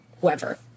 whoever